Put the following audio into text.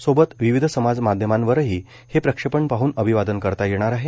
सोबत विविध समाजमाध्यमांवरही हे प्रक्षेपण पाहन अभिवादन करता येणार आहे